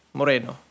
Moreno